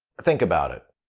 think about it.